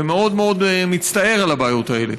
ומאוד מאוד מצטער על הבעיות האלה.